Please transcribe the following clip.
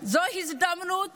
זו הזדמנות